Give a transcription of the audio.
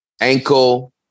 Ankle